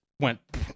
went